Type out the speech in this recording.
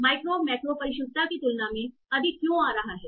micro macro परिशुद्धता की तुलना में अधिक क्यों आ रहा है